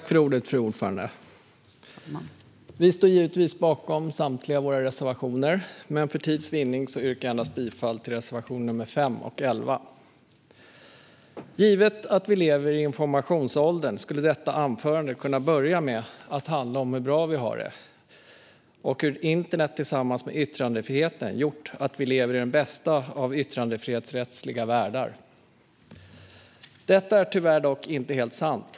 Fru talman! Jag står givetvis bakom samtliga av våra reservationer, men för tids vinnande yrkar jag bifall endast till reservationerna 5 och 11. Givet att vi lever i informationsåldern skulle detta anförande kunna börja med att handla om hur bra vi har det och hur internet tillsammans med yttrandefriheten gjort att vi lever i den bästa av yttrandefrihetsrättsliga världar. Detta är dock tyvärr inte helt sant.